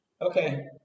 Okay